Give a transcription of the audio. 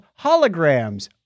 Holograms